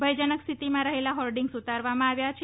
ભયજનક સ્થિતિમાં રહેલા હોર્ડીંગ્સ ઉતારવામાં આવ્યા છે